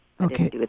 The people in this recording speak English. Okay